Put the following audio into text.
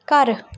ਘਰ